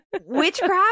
witchcraft